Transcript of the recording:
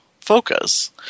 focus